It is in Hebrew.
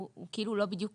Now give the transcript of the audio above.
והוא לא בדיוק